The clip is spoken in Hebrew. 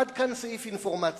עד כאן סעיף אינפורמציה,